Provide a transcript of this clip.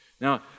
Now